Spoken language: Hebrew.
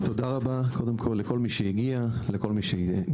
תודה רבה לכל מי שהגיע ונשאר.